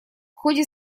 ходе